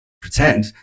pretend